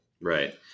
Right